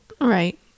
Right